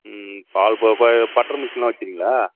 ம் பால் பட்டர் மிஷினெலாம் வச்சுருக்கீங்களா